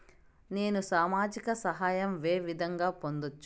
నేను సామాజిక సహాయం వే విధంగా పొందొచ్చు?